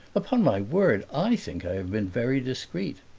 upon my word i think i have been very discreet.